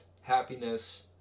happiness